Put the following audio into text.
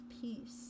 peace